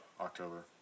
October